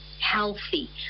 healthy